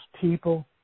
people